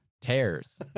tears